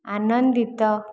ଆନନ୍ଦିତ